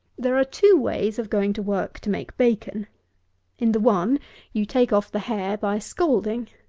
there are two ways of going to work to make bacon in the one you take off the hair by scalding.